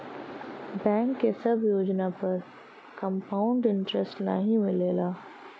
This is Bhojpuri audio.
बैंक के सब योजना पर कंपाउड इन्टरेस्ट नाहीं मिलला